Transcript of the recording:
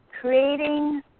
creating